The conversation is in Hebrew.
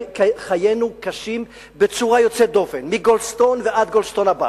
חיינו קשים בצורה יוצאת דופן מגולדסטון ועד גולדסטון הבא.